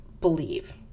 believe